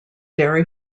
dairy